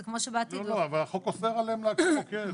לא, לא, אבל החוק אוסר עליהם להקים מוקד.